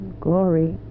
glory